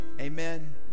Amen